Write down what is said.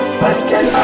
Pascal